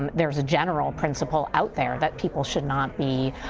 um there's a general principle out there that people should not be